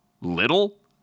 little